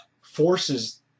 forces